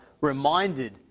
reminded